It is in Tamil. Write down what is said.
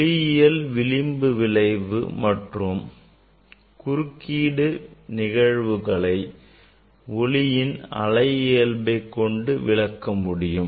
ஒளியியலில் விளிம்பு விளைவு மற்றும் குறுக்கீடு நிகழ்வுகளை ஒளியின் அலை இயல்பை கொண்டு விளக்க முடியும்